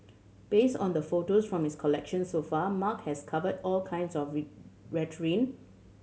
based on the photos from his collection so far Mark has covered all kinds of